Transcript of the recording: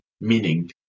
meaning